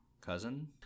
cousin